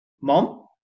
Mom